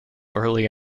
early